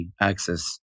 access